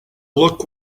look